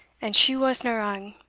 and she wasna wrang,